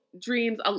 dreams